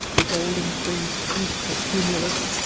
the golden fringed heaps of cumulus,